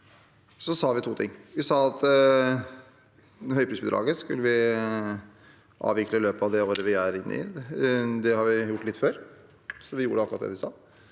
Vi sa at høyprisbidraget skulle avvikles i løpet av det året vi er inne i. Det har vi gjort litt før, så vi gjorde akkurat det vi sa.